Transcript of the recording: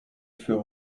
für